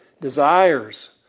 desires